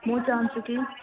म चाहन्छु कि